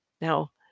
Now